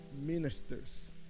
ministers